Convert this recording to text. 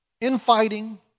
infighting